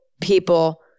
people